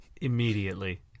Immediately